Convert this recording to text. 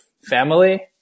family